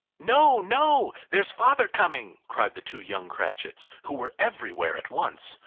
no, no! there's father coming, cried the two young cratchits, who were everywhere at once.